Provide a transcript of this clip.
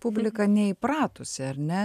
publika neįpratusi ar ne